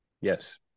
Yes